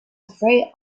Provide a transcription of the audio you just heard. afraid